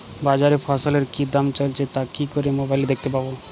বাজারে ফসলের কি দাম চলছে তা কি করে মোবাইলে দেখতে পাবো?